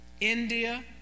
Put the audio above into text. India